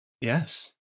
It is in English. Yes